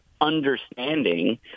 understanding